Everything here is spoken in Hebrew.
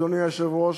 אדוני היושב-ראש,